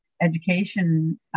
education